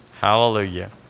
Hallelujah